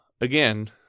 again